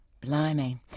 Blimey